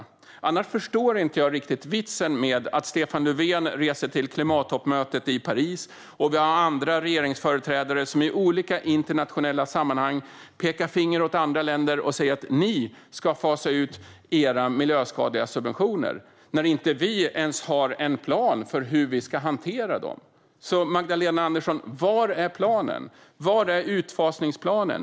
Annars förstår jag inte riktigt vitsen med att Stefan Löfven reser till klimattoppmötet i Paris. Vi har även andra regeringsföreträdare som i olika internationella sammanhang pekar finger åt andra länder och säger att de ska fasa ut sina miljöskadliga subventioner, medan vi inte ens har en plan för hur vi ska hantera våra. Var är planen, Magdalena Andersson? Var är utfasningsplanen?